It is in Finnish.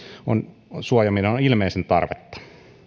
on suojaamiseen on ilmeistä tarvetta